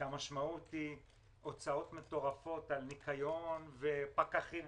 שהמשמעות היא הוצאות מטורפות על ניקיון ופקחים.